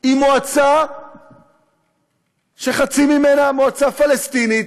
עם מועצה שחצי ממנה מועצה פלסטינית.